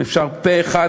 אם אפשר, פה-אחד.